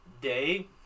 day